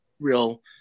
real